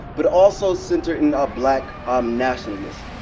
but also center in a black um nationalist.